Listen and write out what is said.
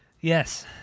Yes